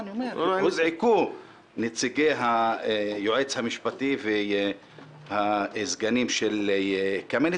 הוזעקו נציגי היועץ המשפטי והסגנים של קמניצר.